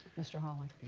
mr. hawley.